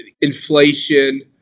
inflation